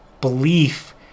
belief